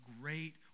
great